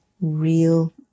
real